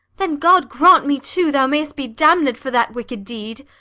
then, god grant me too thou mayst be damned for that wicked deed!